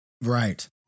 right